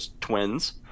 twins